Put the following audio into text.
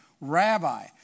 Rabbi